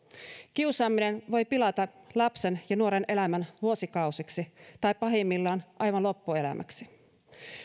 kiusaaminen voi pilata lapsen ja nuoren elämän vuosikausiksi tai pahimmillaan aivan loppuelämäksi